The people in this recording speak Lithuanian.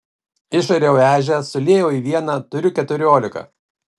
išariau ežią suliejau į vieną turiu keturiolika